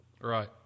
Right